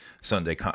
Sunday